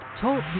Talk